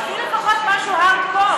תביא לפחות משהו hardcore.